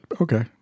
okay